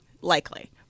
Likely